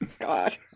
God